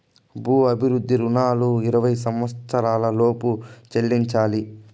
భూ అభివృద్ధి రుణాలు ఇరవై సంవచ్చరాల లోపు చెల్లించాలి